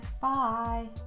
bye